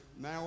now